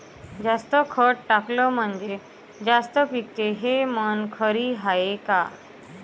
जास्त खत टाकलं म्हनजे जास्त पिकते हे म्हन खरी हाये का?